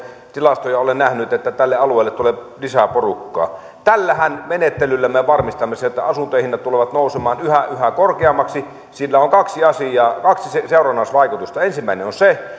tilastoja olen nähnyt että tälle alueelle tulee lisää porukkaa sadallatuhannella viiva neljännelläsadannellatuhannennella tällä menettelyllähän me varmistamme sen että asuntojen hinnat tulevat nousemaan yhä yhä korkeammiksi sillä on kaksi seurannaisvaikutusta ensimmäinen on se